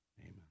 Amen